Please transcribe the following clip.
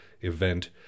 event